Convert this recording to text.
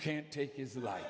can't take is like